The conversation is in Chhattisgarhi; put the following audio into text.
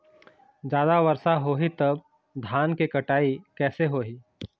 जादा वर्षा होही तब धान के कटाई कैसे होही?